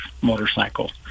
motorcycle